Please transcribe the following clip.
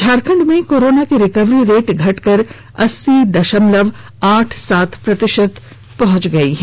झारखंड में कोरोना की recovery rate घटकर अस्सी दशमलव आठ सत प्रतिशत हो गई है